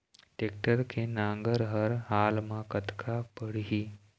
Tractor के नांगर हर हाल मा कतका पड़िही?